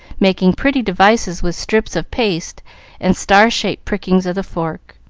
making pretty devices with strips of paste and star-shaped prickings of the fork.